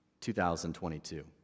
2022